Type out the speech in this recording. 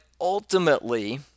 ultimately